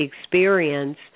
experience